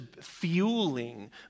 fueling